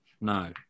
No